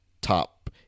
top